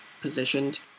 positioned